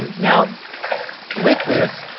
um now with this,